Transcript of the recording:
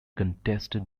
contested